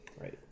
right